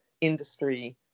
industry